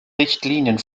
richtlinien